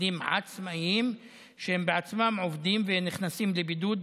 עובדים עצמאים שהם בעצמם עובדים ונכנסים לבידוד,